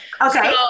okay